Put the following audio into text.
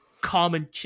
common